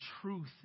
truth